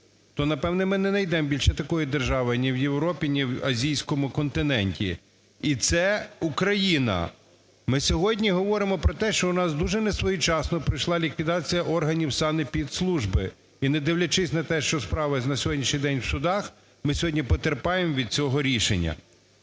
то, напевне, ми не найдемо більше такої держави ні в Європі, ні в азійському континенті. І це Україна. Ми сьогодні говоримо про те, що у нас дуже несвоєчасно прийшла ліквідація органів санепідслужби. І не дивлячись на те, що справи на сьогоднішній день в судах, ми сьогодні потерпаємо від цього рішення.